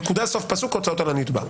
נקודה, סוף פסוק הוצאות המומחה על הנתבע,